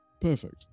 Perfect